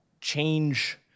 change